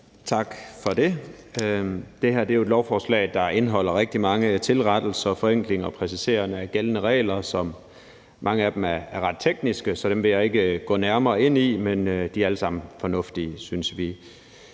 Tak for det. Det her er jo et lovforslag, der indeholder rigtig mange tilrettelser, forenklinger og præciseringer af gældende regler. Mange af dem er ret tekniske, så dem vil jeg ikke gå nærmere ind i, men de er alle sammen fornuftige, synes vi.